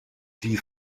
die